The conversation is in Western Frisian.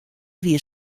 wie